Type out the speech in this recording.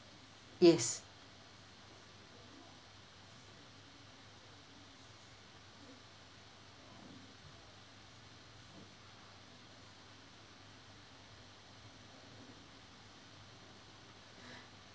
yes